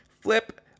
Flip